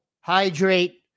hydrate